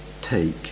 Take